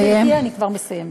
ברשותך, גברתי, אני כבר מסיימת.